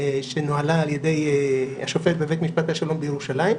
שנוהלה על ידי השופט בבית משפט השלום בירושלים,